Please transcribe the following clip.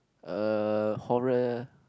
uh horror